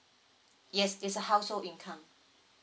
yes it's a household income